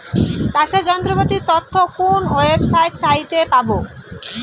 চাষের যন্ত্রপাতির তথ্য কোন ওয়েবসাইট সাইটে পাব?